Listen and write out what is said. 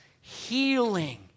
healing